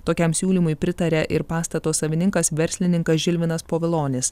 tokiam siūlymui pritaria ir pastato savininkas verslininkas žilvinas povilonis